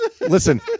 Listen